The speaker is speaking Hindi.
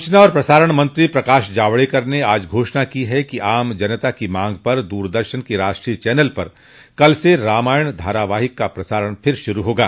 सूचना और प्रसारण मंत्री प्रकाश जावड़ेकर ने आज घोषणा की है कि आम जनता की मांग पर दूरदर्शन के राष्ट्रीय चैनल पर कल से रामायण धारावाहिक का प्रसारण फिर से शुरू होगा